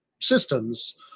systems